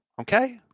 okay